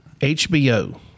HBO